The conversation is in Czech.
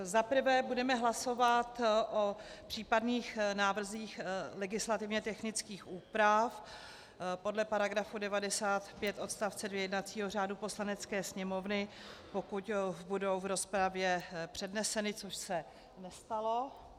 Za prvé budeme hlasovat o případných návrzích legislativně technických úprav podle § 95 odst. 2 jednacího řádu Poslanecké sněmovny, pokud budou v rozpravě předneseny, což se nestalo.